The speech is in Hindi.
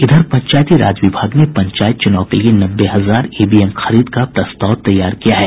इधर पंचायती राज विभाग ने पंचायत चुनाव के लिए नब्बे हजार ईवीएम खरीद का प्रस्ताव तैयार किया है